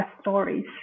stories